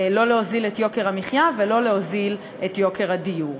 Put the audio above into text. לא להוזיל את יוקר המחיה ולא להוזיל את יוקר הדיור.